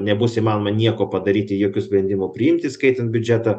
nebus įmanoma nieko padaryti jokių sprendimų priimti įskaitant biudžetą